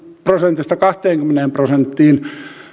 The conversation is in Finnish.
prosentista kahteenkymmeneen prosenttiin